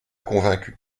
convaincu